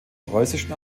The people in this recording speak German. preußischen